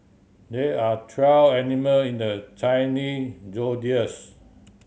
there are twelve animal in the zodiacs